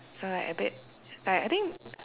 so like a bit like I think